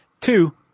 two